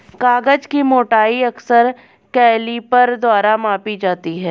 कागज की मोटाई अक्सर कैलीपर द्वारा मापी जाती है